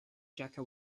jaka